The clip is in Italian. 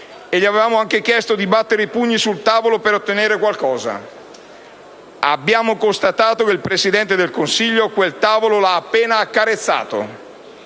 e gli avevamo anche chiesto di battere i pugni sul tavolo per ottenere qualcosa! Abbiamo constatato che il Presidente del Consiglio quel tavolo l'ha appena accarezzato,